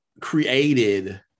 created